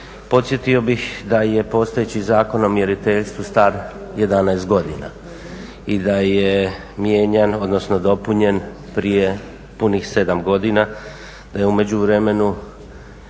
Podsjetio bih da je postojeći Zakon o mjeriteljstvu star 11 godina i da je mijenjan, odnosno dopunjen prije punih 7 godina, da je u međuvremenu